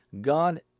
God